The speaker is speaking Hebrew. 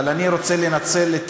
אבל אני רוצה לנצל את